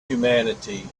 humanity